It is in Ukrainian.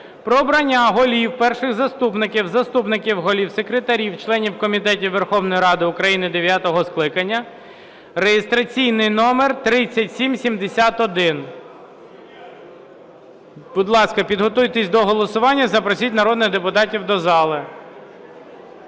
обрання голів, перших заступників, заступників голів, секретарів, членів комітетів Верховної Ради України дев'ятого скликання" (реєстраційний номер 3771). Будь ласка, підготуйтесь до голосування, запросіть народних депутатів до зали.